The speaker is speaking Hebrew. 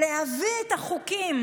להביא את החוקים,